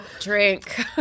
drink